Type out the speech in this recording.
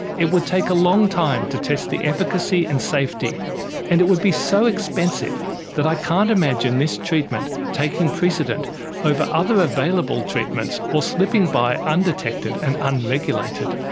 it would take a long time to test the efficacy and safety and it would be so expensive that i can't imagine this treatment taking precedent over other available treatments or slipping by undetected and unregulated.